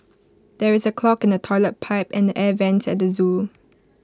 there is A clog in the Toilet Pipe and the air Vents at the Zoo